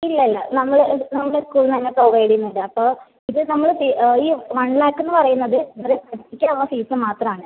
ഇല്ല ഇല്ല നമ്മള് നമ്മള സ്കൂളിന്നെന്നെ പ്രൊവൈഡ് ചെയ്യുന്നുണ്ട് അപ്പം ഇത് നമ്മള് ഫീ ഈ വൺ ലാക്ക്ന്ന് പറയുന്നത് നിങ്ങളെ പഠിപ്പിക്കാൻ ഉള്ള ഫീസ് മാത്രം ആണ്